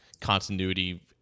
continuity